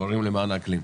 הורים למען האקלים,